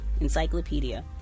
encyclopedia